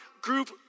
group